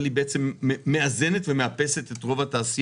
אבל היא מאזנת ומאפסת את רוב התעשייה,